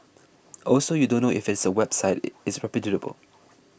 also you don't know if there's a website is reputable